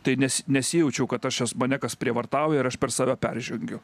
tai nes nesijaučiau kad aš mane kas prievartauja ir aš per save peržengiu